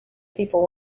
people